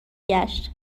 گشت